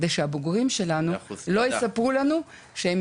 כדי שבוגרי בית הספר לא יספרו לנו שהם